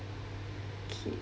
okay